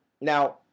Now